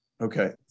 Okay